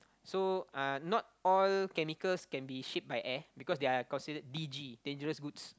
so uh not all chemicals can be shipped by air because they are considered D_G dangerous goods